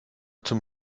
zum